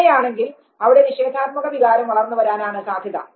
ഇങ്ങനെയാണെങ്കിൽ അവിടെ നിഷേധാത്മക വികാരം വളർന്നു വരാനാണ് സാധ്യത